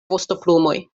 vostoplumoj